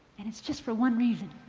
and it is just for one reason.